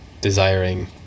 desiring